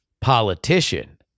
politician